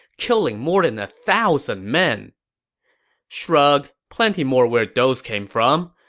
killing more than a thousand men shrug. plenty more where those came from.